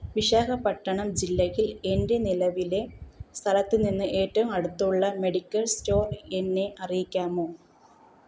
വിശാഖപട്ടണം ജില്ലയ്ക്ക് എൻ്റെ നിലവിലെ സ്ഥലത്ത് നിന്ന് ഏറ്റവും അടുത്തുള്ള മെഡിക്കൽ സ്റ്റോർ എന്നെ അറിയിക്കാമോ